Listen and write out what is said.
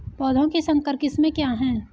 पौधों की संकर किस्में क्या हैं?